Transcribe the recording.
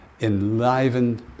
enlivened